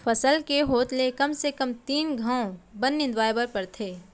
फसल के होत ले कम से कम तीन घंव बन निंदवाए बर परथे